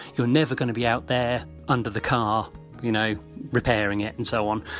you're never going to be out there under the car you know repairing it and so on.